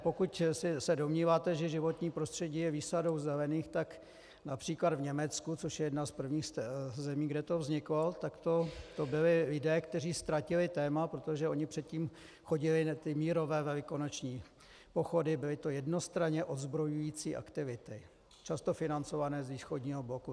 Pokud se domníváte, že životní prostředí je výsadou zelených, tak například v Německu, což je jedna z prvních zemí, kde to vzniklo, to byli lidé, kteří ztratili téma, protože oni předtím chodili na mírové velikonoční pochody, byly to jednostranně odzbrojující aktivity často financované z východního bloku.